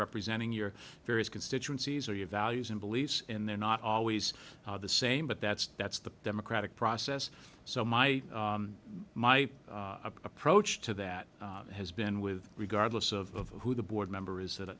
representing your various constituencies are your values and beliefs and they're not always the same but that's that's the democratic process so my my approach to that has been with regardless of who the board member is that